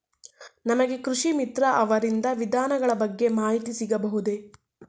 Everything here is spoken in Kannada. ನಮಗೆ ಕೃಷಿ ಮಿತ್ರ ಅವರಿಂದ ವಿಧಾನಗಳ ಬಗ್ಗೆ ಮಾಹಿತಿ ಸಿಗಬಹುದೇ?